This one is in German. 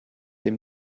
dem